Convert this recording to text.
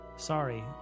Sorry